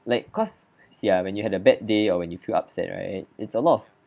like cause see ah when you had a bad day or when you feel upset right it's a lot of